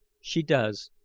she does,